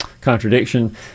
contradiction